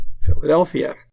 Philadelphia